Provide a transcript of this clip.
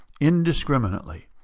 indiscriminately